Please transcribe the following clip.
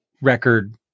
record